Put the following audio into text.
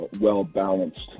well-balanced